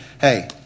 hey